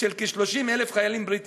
של כ-30,000 חיילים בריטים.